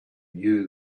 knew